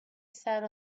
sat